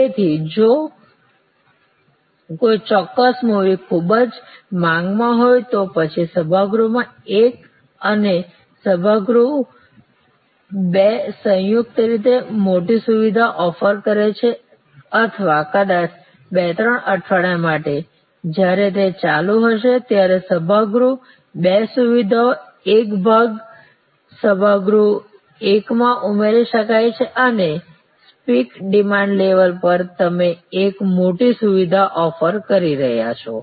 તેથી જો કોઈ ચોક્કસ મૂવી ખૂબ જ માંગમાં હોય તો પછી સભાગૃહ એક અને સભાગૃહ બે સંયુક્ત રીતે મોટી સુવિધા ઓફર કરે છે અથવા કદાચ 2 3 અઠવાડિયા માટે જ્યારે તે ચાલુ હશે ત્યારે સભાગૃહ બે સુવિધાનો એક ભાગ સભાગૃહ એકમાં ઉમેરી શકાય છે અને સ્પીક ડિમાન્ડ લેવલ પર તમે એક મોટી સુવિધા ઓફર કરી રહ્યા છો